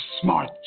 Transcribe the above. smart